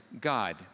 God